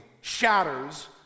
shatters